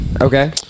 Okay